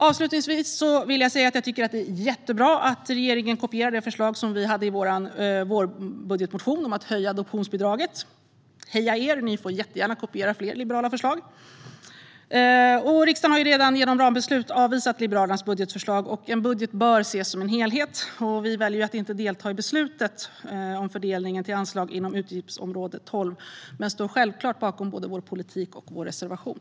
Avslutningsvis vill jag säga att jag tycker att det är jättebra att regeringen kopierat det förslag vi hade i vår vårbudgetmotion om att höja adoptionsbidraget. Heja er! Ni får jättegärna kopiera fler liberala förslag. Riksdagen har ju redan genom rambeslutet avvisat Liberalernas budgetförslag, och en budget bör ses som en helhet. Vi väljer att inte delta i beslutet om fördelningen av anslag inom utgiftsområde 12 men står självklart bakom både vår politik och vår reservation.